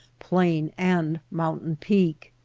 plain, and mountain peak.